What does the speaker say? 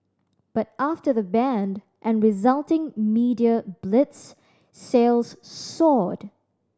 but after the ban and resulting media blitz sales soared